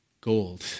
gold